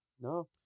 no